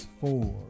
four